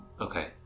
Okay